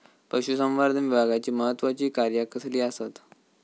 पशुसंवर्धन विभागाची महत्त्वाची कार्या कसली आसत?